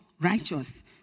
righteous